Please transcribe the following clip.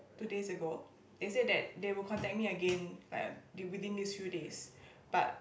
two days ago they say that they will contact me again like within these few days but